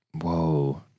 Whoa